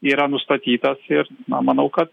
yra nustatytas ir na manau kad